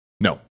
No